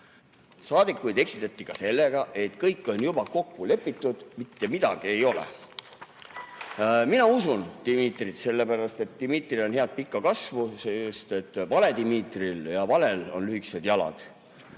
Saadikuid eksitati ka sellega, et kõik on juba kokku lepitud, mitte midagi ei ole [teha]. Mina usun Dmitrit, sellepärast et Dmitri on head pikka kasvu, aga Vale-Dmitril ja valel on lühikesed jalad.